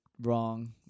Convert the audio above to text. wrong